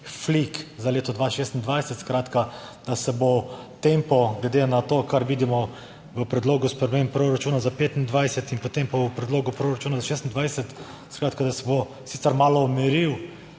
flik za leto 2026. Skratka, da se bo tempo glede na to, kar vidimo v predlogu sprememb proračuna za 25 in potem v predlogu proračuna za 26, skratka, da se bo sicer malo umiril